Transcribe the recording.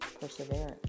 perseverance